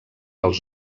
als